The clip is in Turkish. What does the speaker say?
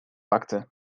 baktı